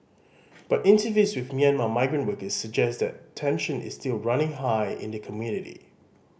but interviews with Myanmar migrant workers suggest that tension is still running high in the community